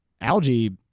Algae